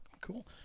Cool